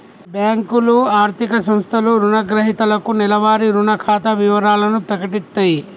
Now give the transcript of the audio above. బ్యేంకులు, ఆర్థిక సంస్థలు రుణగ్రహీతలకు నెలవారీ రుణ ఖాతా వివరాలను ప్రకటిత్తయి